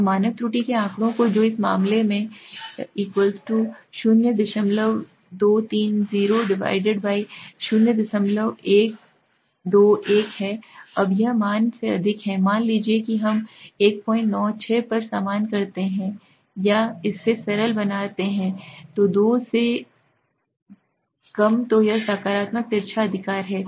अब मानक त्रुटि के आँकड़े जो इस मामले में 0230 0121 है अब यह मान से अधिक है मान लीजिए कि हम 196 पर सामना कर रहे हैं या इसे सरल बना रहे हैं 2 तो यह सकारात्मक तिरछा अधिकार है